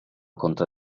contra